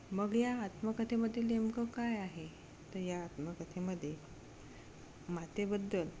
मग या आत्मकथेमधील नेमकं काय आहे तर या आत्मकथेमध्ये मातेबद्दल